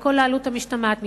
על כל העלות המשתמעת מכך.